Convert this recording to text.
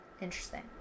Interesting